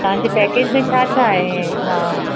तव्हां जे पैकेज में छा छा आहे हा